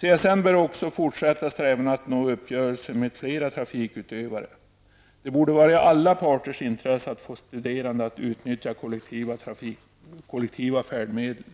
CSN bör också fortsätta strävandena att nå uppgörelse med flera trafikföretag. Det borde vara i alla parters intresse att få de studerande att utnyttja kollektiva färdmedel.